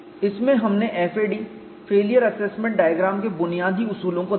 इसमें हमने FAD failure assessment diagram के बुनियादी उसूलों को देखा